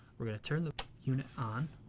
we're going to turn the unit on.